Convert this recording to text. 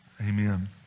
amen